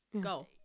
go